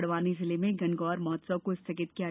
बड़वानी जिले में गणगौर महोत्सव को स्थगित किया गया है